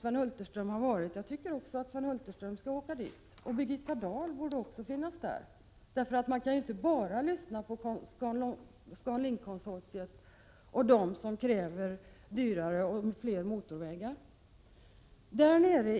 Sven Hulterström och även Birgitta Dahl borde åka dit, i stället för att bara lyssna på ScanLinkkonsortiet och dem som kräver dyrare och fler motorvägar.